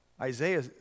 Isaiah